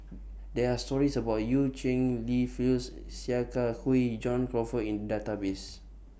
There Are stories about EU Cheng Li Phyllis Sia Kah Hui John Crawfurd in Database